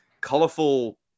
colorful